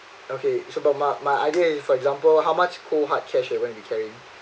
okay so but my my idea is for example how much cold hard cash you want to carry